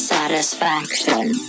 Satisfaction